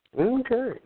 Okay